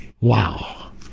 Wow